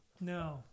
No